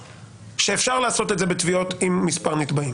שאפשר לעשות את זה בתביעות עם מספר נתבעים.